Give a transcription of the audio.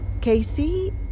Casey